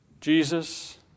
Jesus